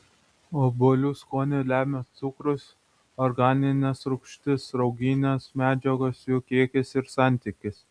obuolių skonį lemia cukrus organinės rūgštys rauginės medžiagos jų kiekis ir santykis